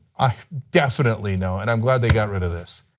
definitely no and i'm glad they got rid of this.